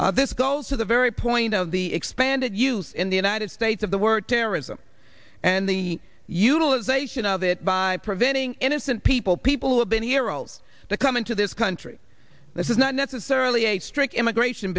heroes this goes to the very point of the expanded use in the united states of the word terrorism and the utilization of it by preventing innocent people people who have been heroes that come into this country this is not necessarily a strict immigration